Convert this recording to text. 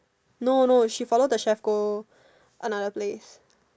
no no she follow the chef go another place